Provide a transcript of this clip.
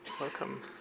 Welcome